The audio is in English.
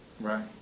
Right